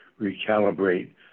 recalibrate